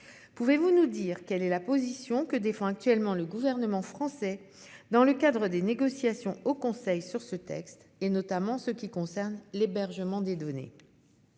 Pouvez-vous nous dire quelle est la position que défend actuellement le gouvernement français dans le cadre des négociations au Conseil sur ce texte et notamment ce qui concerne l'hébergement des données.